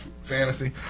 Fantasy